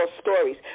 stories